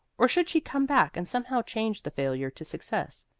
or should she come back and somehow change the failure to success?